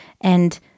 and-